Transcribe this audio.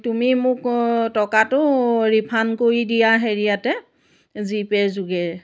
তুমি মোক টকাটো ৰিফাণ্ড কৰি দিয়া হেৰিয়াতে জিপে'ৰ যোগেৰে